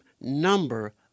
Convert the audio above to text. number